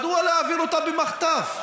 מדוע להעביר אותה במחטף?